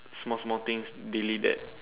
small small things really that